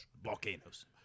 Volcanoes